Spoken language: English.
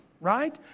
right